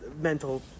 mental